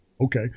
okay